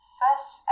first